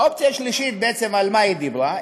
והאופציה השלישית, בעצם על מה היא דיברה?